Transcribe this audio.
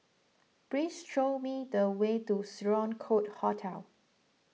please show me the way to Sloane Court Hotel